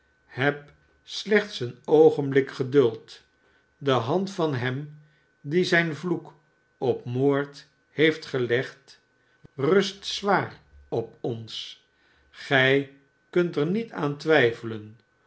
heb slechts nog een oogenblik geduld de hand van hem die zijn vloek op moord heeft gelegd rust zwaar op ons gij kunt er niet aan twijfelen